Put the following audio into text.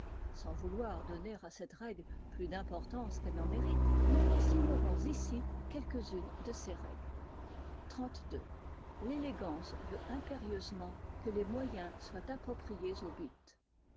sans vouloir donner à cette règle plus d'importance qu'elle n'en mérite nous consignerons ici quelques-unes de ces règles xxxii l'élégance veut impérieusement que les moyens soient appropriés au but